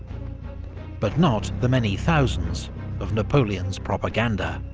but not the many thousands of napoleon's propaganda.